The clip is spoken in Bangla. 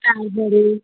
তারপরে